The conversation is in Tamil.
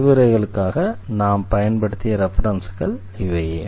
விரிவுரைகளுக்காக நாம் பயன்படுத்திய ரெஃபரென்ஸ்கள் இவையே